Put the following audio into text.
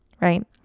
right